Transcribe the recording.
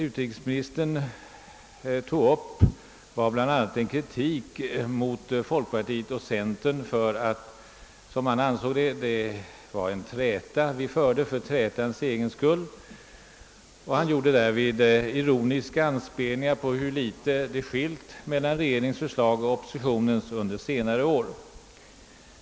Utrikesministern riktade kritik mot folkpartiet och centerpartiet och sade att vi förde en träta för trätans egen skull. Han gjorde därvid ironiska anspelningar på hur litet som under senare år hade skilt oppositionens förslag från regeringens.